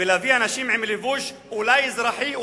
ולהביא אנשים עם לבוש אולי אזרחי,